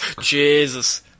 Jesus